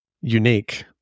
unique